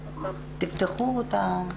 אני חלק מאית"ך-מעכי משפטניות למען צדק חברתי.